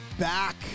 back